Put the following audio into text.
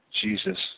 Jesus